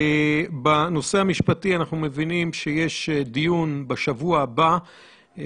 בנושא המשפטי, אנחנו מבינים שיש דיון בשבוע הבא.